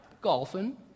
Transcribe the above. Golfing